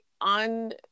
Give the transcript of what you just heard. on